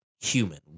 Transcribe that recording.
human